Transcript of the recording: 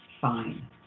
fine